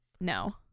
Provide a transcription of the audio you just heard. No